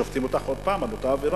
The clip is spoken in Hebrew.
שופטים אותך עוד פעם על אותה עבירה.